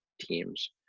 teams